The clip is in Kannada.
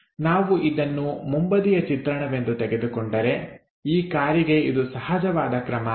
ನಾವು ಇದನ್ನು ಮುಂಬದಿಯ ಚಿತ್ರಣವೆಂದು ತೆಗೆದುಕೊಂಡರೆ ಈ ಕಾರಿಗೆ ಇದು ಸಹಜವಾದ ಕ್ರಮ ಅಲ್ಲ